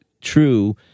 true